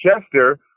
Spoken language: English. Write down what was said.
Chester